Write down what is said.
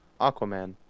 Aquaman